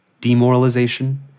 demoralization